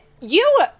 you-